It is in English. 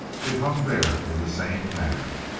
it hung there in the same manner.